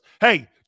Hey